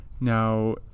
now